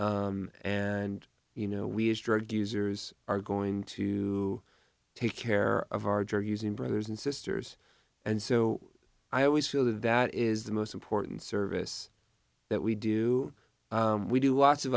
and you know we as drug users are going to take care of our drug using brothers and sisters and so i always feel that that is the most important service that we do we do lots of